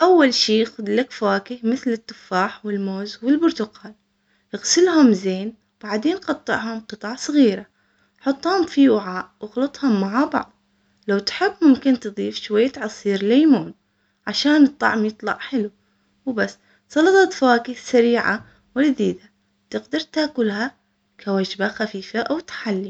اول شي خذ لك فواكه مثل التفاح والموز والبرتقال اغسلهم زين بعدين قطعهم قطع صغيرة حطهم في وعاء اخلطهم مع بعض لو تحب ممكن تضيف شوية عصير ليمون عشان الطعم يطلع حلو وبس سلطة فواكه سريعة ولذيذة تقدر تاكلها كوجبة خفيفة او تحلي.